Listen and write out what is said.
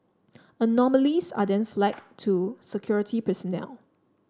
anomalies are then flagged to security personnel